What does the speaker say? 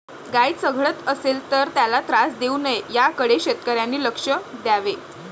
गाय चघळत असेल तर त्याला त्रास देऊ नये याकडे शेतकऱ्यांनी लक्ष द्यावे